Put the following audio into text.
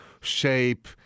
shape